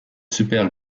super